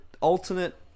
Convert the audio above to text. alternate